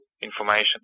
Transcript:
information